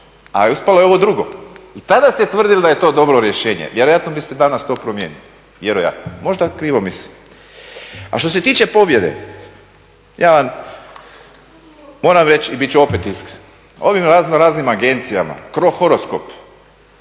A ispalo je ovo drugo. I tada ste tvrdili da je to dobro rješenje, vjerojatno biste danas to promijenili, vjerojatno. Možda krivo mislim. A što se tiče pobjede ja vam moram reći i bit ću opet iskren, ovim raznoraznim agencijama, cro horoskop